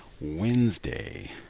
Wednesday